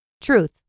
Truth